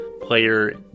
player